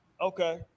Okay